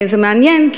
זה מעניין,